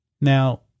Now